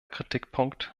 kritikpunkt